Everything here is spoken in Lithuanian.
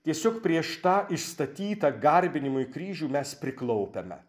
tiesiog prieš tą išstatytą garbinimui kryžių mes priklaupiame